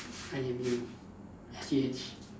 I_M_U S_G_H